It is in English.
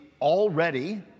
already